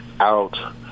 out